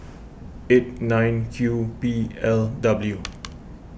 eight nine Q P L W